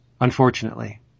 unfortunately